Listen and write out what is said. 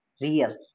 real